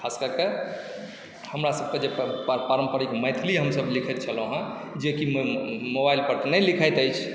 खास कए कऽ हमरासभके जे पारम्परिक मैथिली हमसभ लिखैत छलहुँ हेँ जेकि मोबाइलपर तऽ नहि लिखाइत अछि